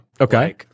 Okay